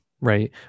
right